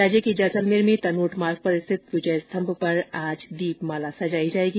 राज्य के जैसलमेर में तनोट मार्ग पर स्थित विजय स्तंभ पर आज दीपमाला सजाई जाएगी